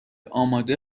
آماده